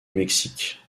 mexique